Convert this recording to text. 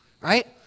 right